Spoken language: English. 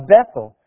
Bethel